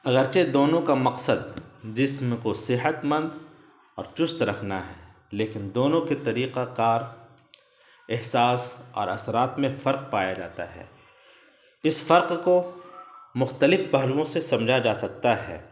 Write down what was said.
اگرچہ دونوں کا مقصد جسم کو صحت مند اور چست رکھنا ہے لیکن دونوں کے طریقہ کار احساس اور اثرات میں فرق پایا جاتا ہے اس فرق کو مختلف پہلوؤں سے سمجھا جا سکتا ہے